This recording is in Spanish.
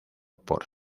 por